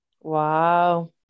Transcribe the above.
Wow